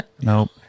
Nope